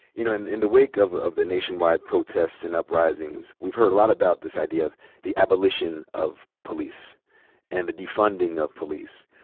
you know in in the wake of of the nationwide protests and uprisings we've heard a lot about this idea of the abolition of police and the defunding of police.